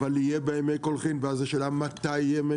אבל יהיה בהם מי קולחין ואז השאלה מתי יהיה מי